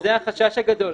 אם זה החשש הגדול,